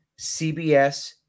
CBS